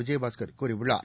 விஜயபாஸ்கர் கூறியுள்ளார்